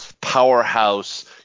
powerhouse